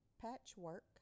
Patchwork